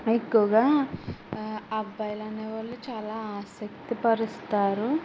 ఎక్కువగా అబ్బాయిలు అనేవాళ్ళు చాలా ఆసక్తి పరుస్తారు